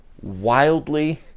wildly